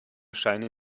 scheine